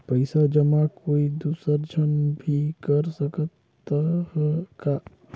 पइसा जमा कोई दुसर झन भी कर सकत त ह का?